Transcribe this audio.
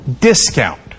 discount